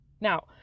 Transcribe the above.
Now